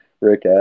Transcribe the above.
Rick